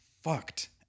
fucked